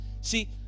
See